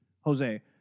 Jose